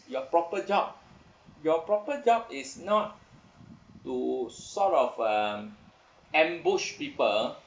your proper job your proper job is not to sort of um ambush people